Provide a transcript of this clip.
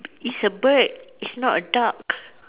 it's a bird it's not a duck